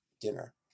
dinner